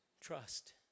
trust